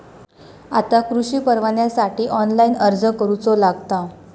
आता कृषीपरवान्यासाठी ऑनलाइन अर्ज करूचो लागता